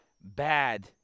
bad